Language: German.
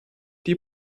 die